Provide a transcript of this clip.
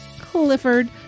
Clifford